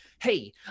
hey